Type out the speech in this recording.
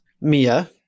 mia